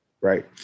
Right